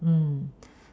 mm